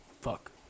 Fuck